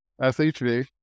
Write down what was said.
SHV